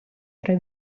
yra